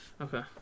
Okay